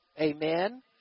amen